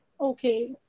Okay